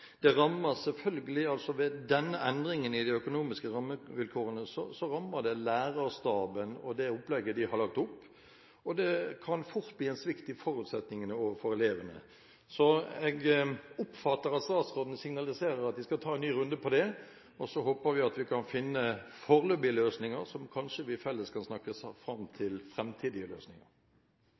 endringen i de økonomiske rammevilkårene rammer selvfølgelig lærerstaben og det opplegget de har. Det kan fort bli en svikt i forutsetningene overfor elevene. Jeg oppfatter at statsråden signaliserer at de skal ta en ny runde på det. Jeg håper at vi kan finne foreløpige løsninger, og at vi kanskje i fellesskap kan snakke oss fram til framtidige løsninger.